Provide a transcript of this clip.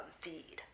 feed